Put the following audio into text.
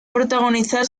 protagonizar